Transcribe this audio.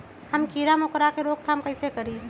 हम किरा मकोरा के रोक थाम कईसे करी?